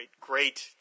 great